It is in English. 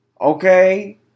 okay